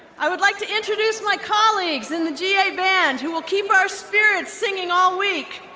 i would like to introduce my colleagues in the ga band, who will keep our spirits singing all week.